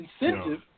incentive